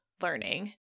learning